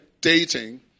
dating